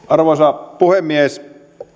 arvoisa puhemies